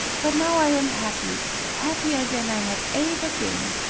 but now i am happy happier than i have aever been.